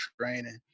training